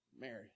Mary